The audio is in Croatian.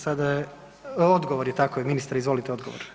Sada je, odgovor, tako je, ministre, izvolite odgovor.